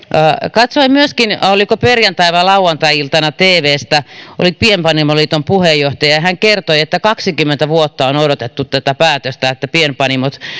katsoin myöskin oliko perjantai vai lauantai iltana tvstä oli pienpanimoliiton puheenjohtaja ja hän kertoi että kaksikymmentä vuotta on odotettu tätä päätöstä että pienpanimot